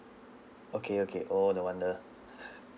okay okay orh no wonder